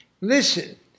Listen